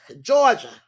Georgia